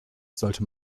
sollte